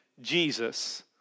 Jesus